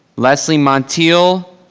leslie montiel.